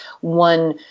one